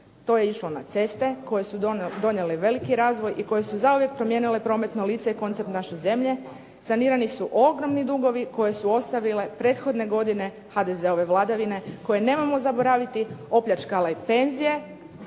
To je išlo na ceste koje su donijele veliki razvoj i koje su zauvijek promijenile prometno lice i koncept naše zemlje, sanirani su ogromni dugovi koje su ostavile prethodne godine HDZ-ove vladavine koje, nemojmo zaboraviti, opljačkala i penzije